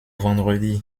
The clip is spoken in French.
vendredi